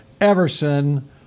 Everson